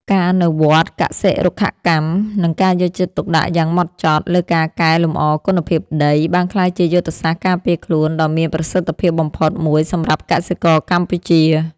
ការអនុវត្តកសិ-រុក្ខកម្ម និងការយកចិត្តទុកដាក់យ៉ាងហ្មត់ចត់លើការកែលម្អគុណភាពដី បានក្លាយជាយុទ្ធសាស្ត្រការពារខ្លួនដ៏មានប្រសិទ្ធភាពបំផុតមួយសម្រាប់កសិករកម្ពុជា។